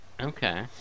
Okay